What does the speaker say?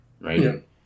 right